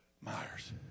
Myers